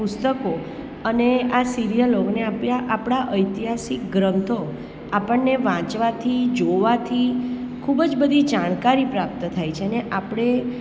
પુસ્તકો અને આ સિરિયલો અને આપ્યા આપણા ઐતિહાસિક ગ્રંથો આપણને વાંચવાથી જોવાથી ખૂબ જ બધી જાણકારી પ્રાપ્ત થાય છે અને આપણે